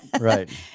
Right